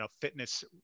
fitness